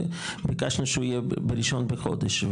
וביקשנו שהוא יהיה בראשון לחודש.